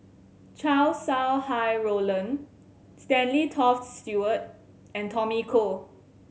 Chow Sau Hai Roland Stanley Toft Stewart and Tommy Koh